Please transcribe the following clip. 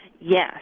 Yes